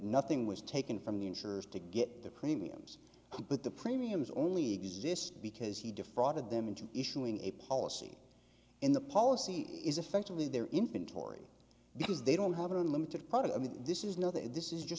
nothing was taken from the insurers to get the premiums but the premiums only exist because he defrauded them into issuing a policy in the policy is effectively their infant tory because they don't have unlimited part i mean this is no this is just